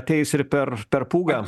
ateis ir per per pūgą